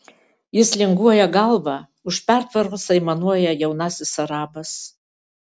jis linguoja galva už pertvaros aimanuoja jaunasis arabas